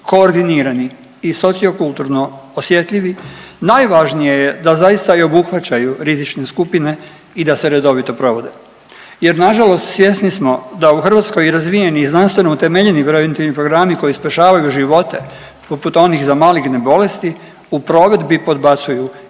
koordinirani i sociokulturno osjetljivi najvažnije je da zaista i obuhvaćaju rizične skupine i da se redovito provode jer nažalost svjesni smo da u Hrvatskoj i razvijeni i znanstveno utemeljeni preventivni programi koji spašavaju živote poput onih za maligne bolesti u provedbi podbacuju i imaju